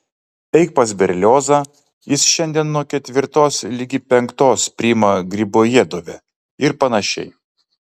eik pas berliozą jis šiandien nuo ketvirtos ligi penktos priima gribojedove ir panašiai